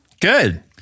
Good